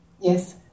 Yes